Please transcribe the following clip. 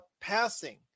passing